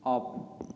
off